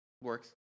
Works